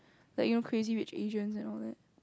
like you know Crazy-Rich-Asians and all that